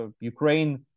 Ukraine